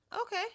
Okay